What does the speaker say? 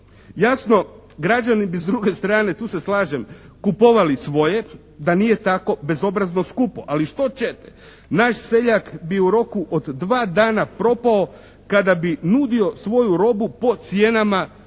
Jasno, građani bi s druge strane, tu se slažem, kupovali svoje da nije tako bezobrazno skupo, ali što ćete. Naš seljak bi u roku od dva dana propao kada bi nudio svoju robu po cijenama robe